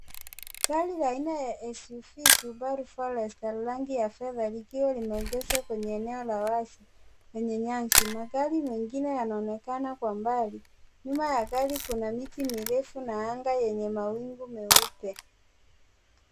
Gari aina la SUV Subaru Forester rangi ya fedha likiwa limeegeshwa kwenye eneo la wazi kwenye nyasi. Magari mengine yanaonekana kwa mbali nyuma ya gari kuna miti mirefu na anga yenye mawingu meupe.